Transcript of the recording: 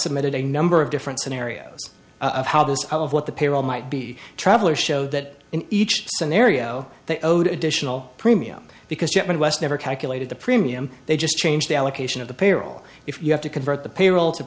submitted a number of different scenarios of how those of what the payroll might be traveler showed that in each scenario they owed additional premium because shipment west never calculated the premium they just changed the allocation of the payroll if you have to convert the payroll to